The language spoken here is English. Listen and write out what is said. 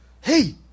hey